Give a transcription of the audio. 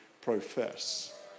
profess